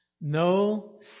No